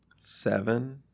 Seven